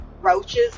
roaches